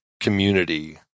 community